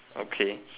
okay